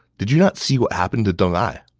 did you not see what happened to deng ai?